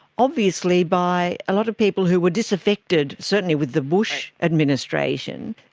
obviously by a lot of people who were disaffected, certainly with the bush administration.